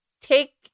take